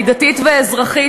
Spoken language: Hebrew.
היא דתית ואזרחית,